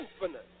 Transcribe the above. infinite